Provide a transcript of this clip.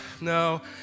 no